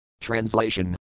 Translation